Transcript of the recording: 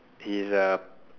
his uh